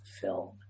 film